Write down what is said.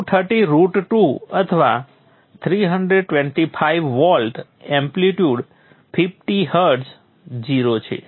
230 root 2 અથવા 325 volt amplitude 50 hertz 0 છે